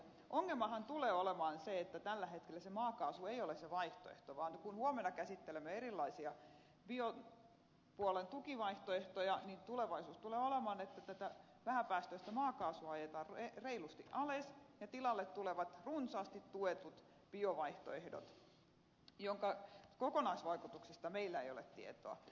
ongelmahan tulee olemaan se että tällä hetkellä se maakaasu ei ole se vaihtoehto vaan kun huomenna käsittelemme erilaisia biopuolen tukivaihtoehtoja niin tulevaisuus tulee olemaan että tätä vähäpäästöistä maakaasua ajetaan reilusti alas ja tilalle tulevat runsaasti tuetut biovaihtoehdot joiden kokonaisvaikutuksista meillä ei ole tietoa